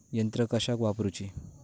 यंत्रा कशाक वापुरूची?